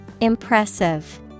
Impressive